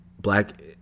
black